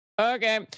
Okay